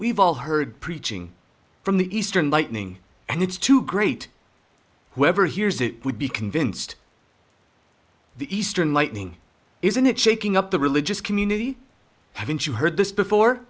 we've all heard preaching from the eastern lightning and it's too great whoever hears it would be convinced the eastern lightning is in it shaking up the religious community haven't you heard this before